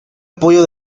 apoyo